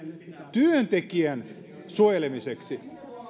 työntekijän suojelemiseksi